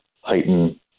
heighten